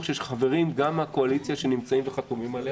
שיש חברים גם מהקואליציה שנמצאים וחתומים עליה